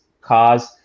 cars